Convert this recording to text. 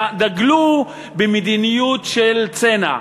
דגלו במדיניות של צנע.